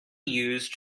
used